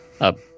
up